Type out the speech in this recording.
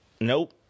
Nope